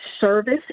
service